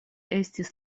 estis